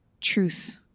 truth